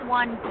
one